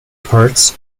parts